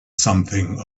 something